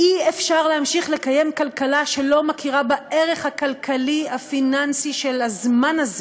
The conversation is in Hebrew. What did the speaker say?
אי-אפשר להמשיך לקיים כלכלה שלא מכירה בערך הכלכלי הפיננסי של הזמן הזה,